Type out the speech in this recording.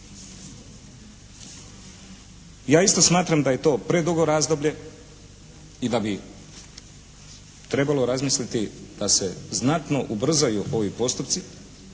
Ja isto smatram da je to predugo razdoblje i da bi trebalo razmisliti da se znatno ubrzaju ovi postupci